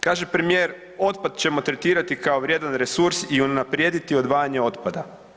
Kaže premijer otpad ćemo tretirati kao vrijedan resurs i unaprijediti odvajanje otpada.